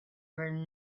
really